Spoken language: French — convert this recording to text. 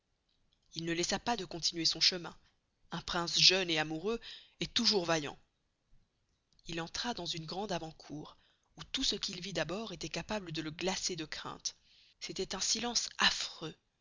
il ne laissa pas de continuer son chemin un prince jeune et amoureux est toûjours vaillant il entra dans une grande avan cour où tout ce qu'il vit d'abord estoit capable de le glacer de crainte c'estoit un silence affreux